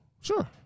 sure